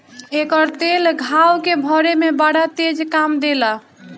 एकर तेल घाव के भरे में बड़ा तेज काम देला